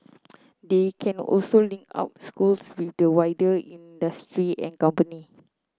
they can also link out schools with the wider industry and company